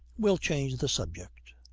we'll change the subject.